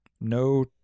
No